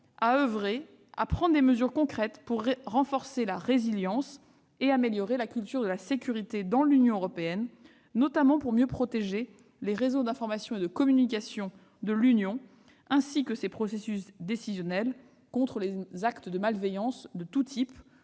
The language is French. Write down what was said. à oeuvrer à des mesures visant à renforcer la résilience et à améliorer la culture de sécurité de l'Union européenne, notamment pour mieux protéger les réseaux d'information et de communication de l'Union, ainsi que ses processus décisionnels, contre les actes de malveillance de tout type.